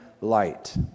light